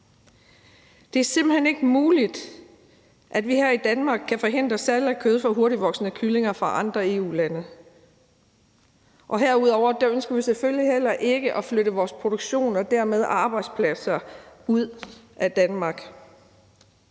Det er simpelt hen ikke muligt, at vi her i Danmark kan forhindre salg af kød fra hurtigtvoksende kyllinger fra andre EU-lande. Herudover ønsker vi selvfølgelig heller ikke at flytte vores produktion og dermed arbejdspladser ud af Danmark.